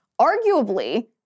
arguably